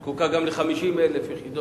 היא זקוקה גם ל-50,000 יחידות.